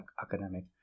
academic